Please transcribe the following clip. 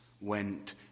went